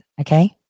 Okay